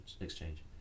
Exchange